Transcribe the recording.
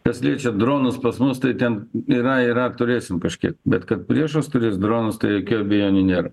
kas liečia dronus pas mus tai ten yra ir ar turėsim kažkiek bet kad priešas turės dronus tai jokių abejonių nėra